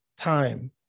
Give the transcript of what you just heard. time